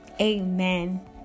amen